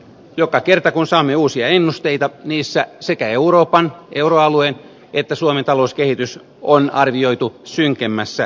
joka kerta kun saamme uusia ennusteita niissä sekä euroopan euroalueen että suomen talouskehitys on arvioitu synkemmässä sävyssä